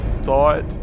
thought